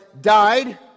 died